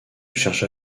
cherche